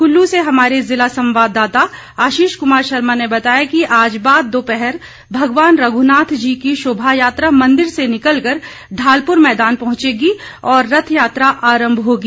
कुल्लू से हमारे जिला सम्वाददाता आशीष कुमार शर्मा ने बताया कि आज बाद दोपहर भगवान रघुनाथ जी की शोभायात्रा मंदिर से निकलकर ढालपुर मैदान पहंचेगी और रथ यात्रा आरम्भ होगी